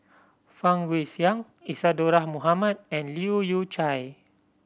Fang Guixiang Isadhora Mohamed and Leu Yew Chye